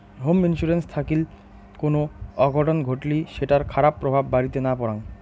home insurance থাকিল কুনো অঘটন ঘটলি সেটার খারাপ প্রভাব বাড়িতে না পরাং